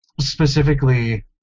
specifically